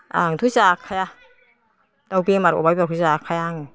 आंथ' जाखाया दाउ बेमारावबाबो जाखाया